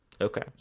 Okay